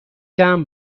طعم